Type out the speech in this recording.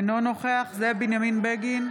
אינו נוכח זאב בנימין בגין,